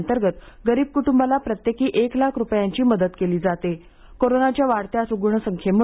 अंतर्गत गरीब कुटुंबाला प्रत्येकी एक लाख रुपयांची मदत केली जाते कोरोनाच्या वाढत्या रुग्णसंख्येमुळे